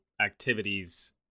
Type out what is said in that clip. activities